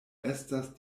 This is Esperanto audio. estas